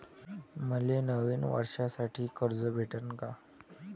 मले नवीन वर्षासाठी कर्ज भेटन का?